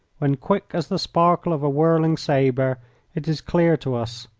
when quick as the sparkle of a whirling sabre it is clear to us,